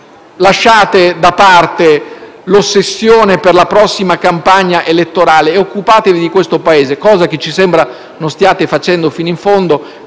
Lasciate da parte l'ossessione per la prossima campagna elettorale e occupatevi di questo Paese, cosa che ci sembra non stiate facendo fino in fondo,